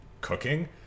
cooking